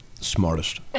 Smartest